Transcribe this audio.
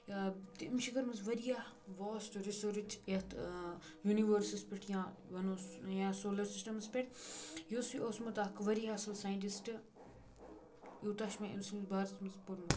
تٔمۍ چھِ کٔرمٕژ واریاہ واسٹہٕ رِسٔرٕچ یَتھ یوٗنیٖؤرسَس پٮ۪ٹھ یا وَنہوس یا سولَرسِسٹَمَس پٮ۪ٹھ یہِ اوس یہِ اوسمُت اَکھ واریاہ اَصٕل ساینٹِسٹہٕ یوٗتاہ چھُ مےٚ أمۍ سٕنٛدِس بارَس منٛز پوٚرمُت